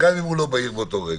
גם אם הוא לא בעיר באותו רגע.